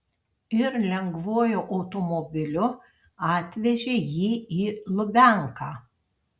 ir lengvuoju automobiliu atvežė jį į lubianką